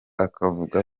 akavuga